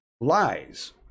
lies